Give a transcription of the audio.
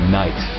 night